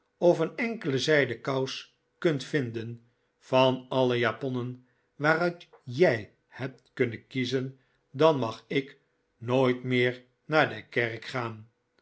of een enkele zijden kous kunt vinden van alle japonnen waaruit jij hebt kunnen kiezen dan mag ik nooit meer naar de kerk gaan